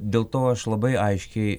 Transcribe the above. dėl to aš labai aiškiai